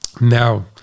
now